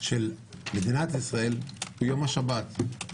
של מדינת ישראל הוא יום השבת.